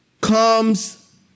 comes